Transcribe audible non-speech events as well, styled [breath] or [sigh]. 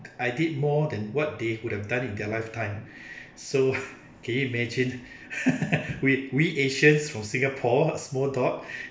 I did more than what they would have done in their lifetime [breath] so can you imagine [laughs] we we asians from singapore small dot